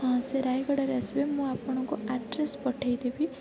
ହଁ ସେ ରାୟଗଡ଼ାରେ ଆସିବେ ମୁଁ ଆପଣଙ୍କୁ ଆଡ଼୍ରେସ୍ ପଠାଇ ଦେବି